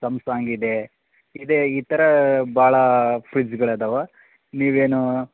Samsung ಇದೆ ಇದೆ ಈ ಥರ ಭಾಳಾ ಫ್ರಿಜ್ಗಳು ಇದಾವ ನೀವೇನು